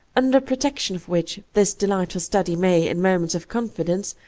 under protection of which this delightful study may, in moments of confidence,